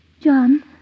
John